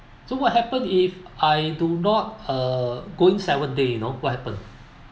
so what happen if I do not uh go in seven day you know what happen